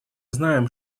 знаем